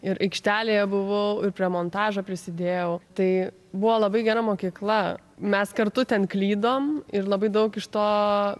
ir aikštelėje buvau ir prie montažo prisidėjau tai buvo labai gera mokykla mes kartu ten klydom ir labai daug iš to